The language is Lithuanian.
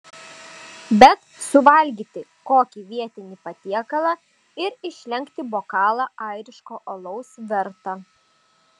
bet suvalgyti kokį vietinį patiekalą ir išlenkti bokalą airiško alaus verta